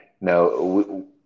no